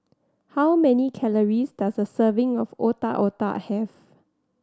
how many calories does a serving of Otak Otak have